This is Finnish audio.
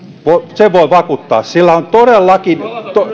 sen voin vakuuttaa sillä on todellakin